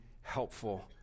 helpful